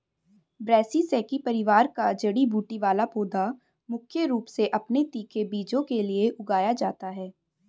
ब्रैसिसेकी परिवार का जड़ी बूटी वाला पौधा मुख्य रूप से अपने तीखे बीजों के लिए उगाया जाता है